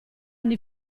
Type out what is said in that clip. anni